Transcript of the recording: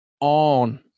on